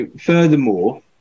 furthermore